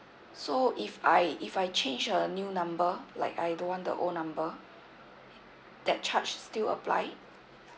so if I if I change a new number like I don't want the old number that charge still apply